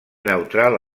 neutral